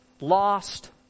lost